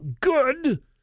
Good